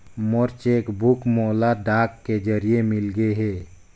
मोर cheque book मोला डाक के जरिए मिलगे हे